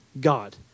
God